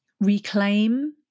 reclaim